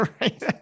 right